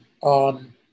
on